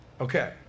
Okay